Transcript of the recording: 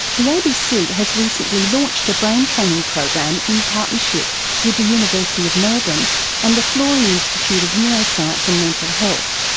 the abc has recently launched a brain training program in partnership with the university of melbourne and the florey institute of neuroscience and mental health.